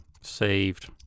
saved